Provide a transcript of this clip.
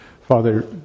Father